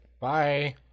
Bye